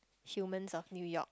Humans-of-New-York